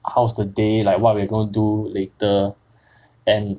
how's the day like what we're going to do later and